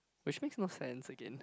which makes no sense again